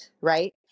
right